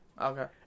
Okay